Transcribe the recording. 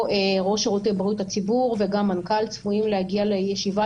ראש שירותי בריאות הציבור וגם המנכ"ל צפויים להגיע לישיבה